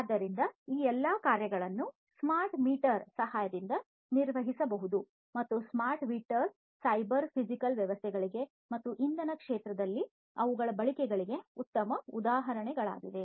ಆದ್ದರಿಂದ ಈ ಎಲ್ಲ ಕಾರ್ಯಗಳನ್ನು ಸ್ಮಾರ್ಟ್ ಮೀಟರ್ ಸಹಾಯದಿಂದ ನಿರ್ವಹಿಸಬಹುದು ಮತ್ತು ಸ್ಮಾರ್ಟ್ ಮೀಟರ್ ಸೈಬರ್ ಫಿಸಿಕಲ್ ವ್ಯವಸ್ಥೆಗಳಿಗೆ ಮತ್ತು ಇಂಧನ ಕ್ಷೇತ್ರದಲ್ಲಿ ಅವುಗಳ ಬಳಕೆಗಳಿಗೆ ಉತ್ತಮ ಉದಾಹರಣೆಗಳಾಗಿವೆ